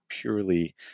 purely